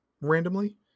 randomly